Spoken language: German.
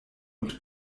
und